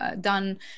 done